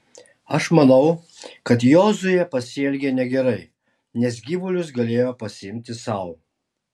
aš manau kad jozuė pasielgė negerai nes gyvulius galėjo pasiimti sau